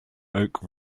oak